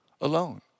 alone